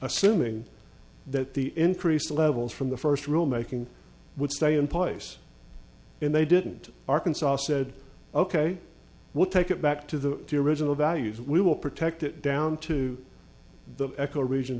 assuming that the increased levels from the first rule making would stay in place and they didn't arkansas said ok we'll take it back to the original values we will protect it down to the eco region